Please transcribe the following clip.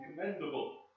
commendable